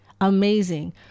amazing